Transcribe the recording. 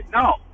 No